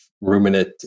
ruminant